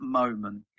moment